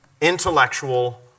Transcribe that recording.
intellectual